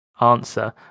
answer